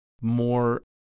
more